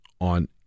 on